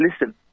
listen